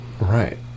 Right